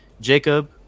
jacob